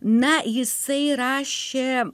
na jisai rašė